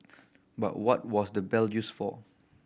but what was the bell used for